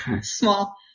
Small